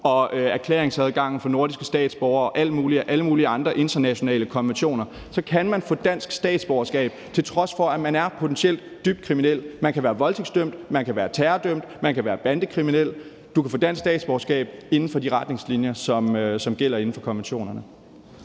og erklæringsadgangen for nordiske statsborgere og alle mulige andre internationale konventioner kan man få dansk statsborgerskab, til trods for at man potentielt er dybt kriminel – man kan være voldtægtsdømt, man kan være terrordømt, man kan være bandekriminel. Du kan få dansk statsborgerskab efter de retningslinjer, som gælder inden for konventionerne.